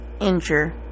injure